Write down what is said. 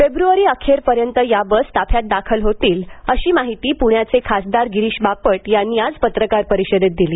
फेब्रवारी अखेरपर्यंत या बस ताफ्यात दाखल होतील अशी माहिती पूण्याचे खासदार गिरीश बापट यांनी आज पत्रकार परिषदेत दिली